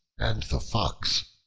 and the fox